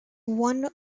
one